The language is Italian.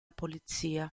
polizia